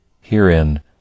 herein